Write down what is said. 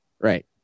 Right